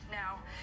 now